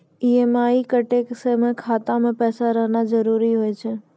EMI कटै के समय खाता मे पैसा रहना जरुरी होय छै